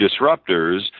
disruptors